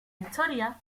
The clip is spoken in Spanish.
historia